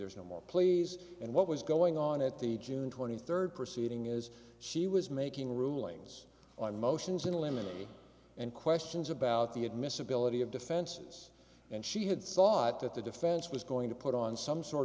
there's no more plays and what was going on at the june twenty third proceeding is she was making rulings on motions in limine and questions about the admissibility of defenses and she had thought that the defense was going to put on some sort